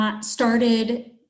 started